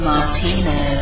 Martino